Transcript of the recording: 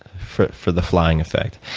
for the flying effect.